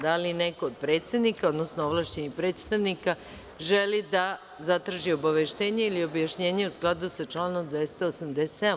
Da li neko od predsednika, odnosno ovlašćenih predstavnika želi da zatraži obaveštenje ili objašnjenje u skladu sa članom 287.